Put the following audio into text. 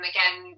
Again